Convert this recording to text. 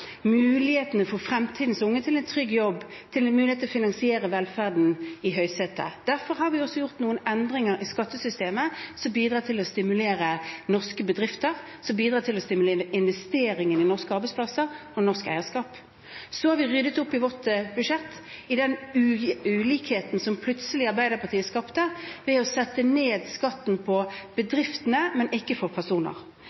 mulighetene for fremtidens unge til en trygg jobb, og mulighetene til å finansiere velferden, i høysetet. Derfor har vi gjort noen endringer i skattesystemet som bidrar til å stimulere norske bedrifter, og som bidrar til å stimulere investeringene i norske arbeidsplasser og norsk eierskap. Så har vi ryddet opp i vårt budsjett – i den ulikheten som Arbeiderpartiet plutselig skapte ved å sette ned skatten